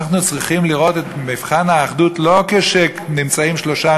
אנחנו צריכים לראות את מבחן האחדות לא כשנמצאים שלושה